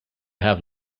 have